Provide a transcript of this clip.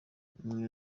umwe